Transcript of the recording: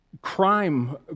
Crime